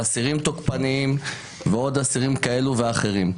על אסירים תוקפניים ועל עוד אסירים כאלו ואחרים.